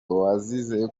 wazize